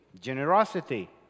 Generosity